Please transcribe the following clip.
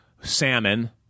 salmon